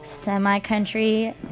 semi-country